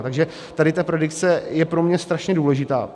Takže tady ta predikce je pro mě strašně důležitá.